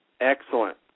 Excellent